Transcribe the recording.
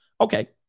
Okay